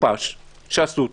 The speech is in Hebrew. מטופש שעשו אותו,